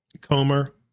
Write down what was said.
Comer